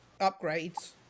upgrades